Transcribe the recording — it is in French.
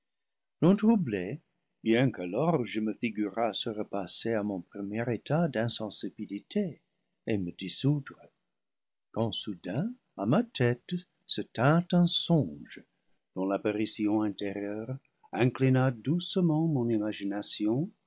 non troublés bien qu'alors je me figurasse le paradis perdu repasser à mon premier état d'insensibilité et me dissoudre quand soudain à ma tête se tint un songe dont l'apparition intérieure inclina doucement mon imagination